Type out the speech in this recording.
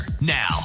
Now